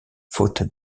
faute